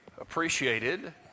appreciated